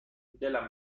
دلم